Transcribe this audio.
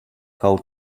how